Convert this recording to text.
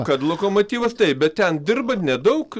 kad lokomotyvas taip bet ten dirba nedaugz